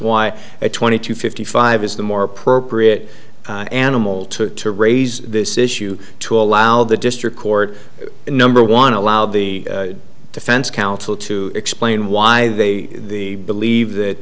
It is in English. why a twenty to fifty five is the more appropriate animal to raise this issue to allow the district court number one allow the defense counsel to explain why they believe that